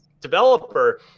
developer